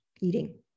eating